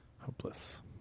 Hopeless